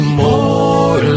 more